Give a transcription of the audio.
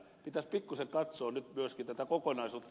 pitäisi pikkuisen katsoa nyt myöskin tätä kokonaisuutta